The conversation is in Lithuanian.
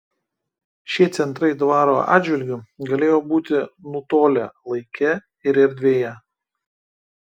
šie centrai dvaro atžvilgiu galėjo būti nutolę laike ir erdvėje